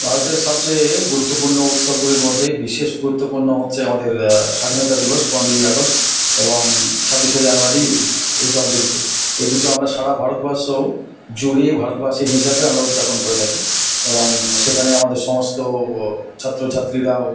ভারতের সবচেয়ে গুরুত্বপূর্ণ উৎসবগুলির মধ্যেই বিশেষ গুরুত্বপূর্ণ হচ্ছে আমাদের স্বাধীনতা দিবস পনেরোই আগাস্ট এবং ছাব্বিশে জানুয়ারি রিপাবলিক ডে এই দুটো আমরা সারা ভারতবর্ষ জুড়িয়ে ভারতবাসী হিসাবে আমরা উদযাপন করে থাকি এবং সেখানে আমাদের সমস্ত ছাত্র ছাত্রীরাও